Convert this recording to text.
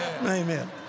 Amen